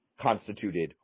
constituted